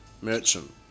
merchant